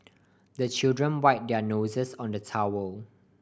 the children wipe their noses on the towel